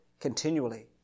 continually